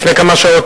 לפני כמה שעות